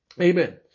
Amen